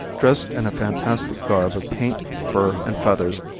dressed in a fantastic garb of paint, fur and feathers,